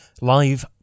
live